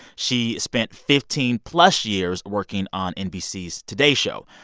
she spent fifteen plus years working on nbc's today show.